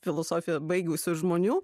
filosofiją baigusių žmonių